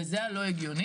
וזה היה לא הגיוני.